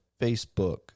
Facebook